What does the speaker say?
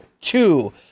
two